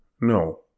no